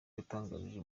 yatangarije